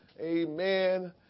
Amen